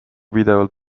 pidevalt